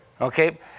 Okay